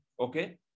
Okay